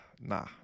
Nah